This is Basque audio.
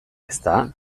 ezta